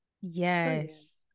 yes